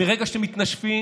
מהרגע שאתם מתנשפים,